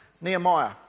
Nehemiah